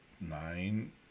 nine